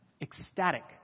ecstatic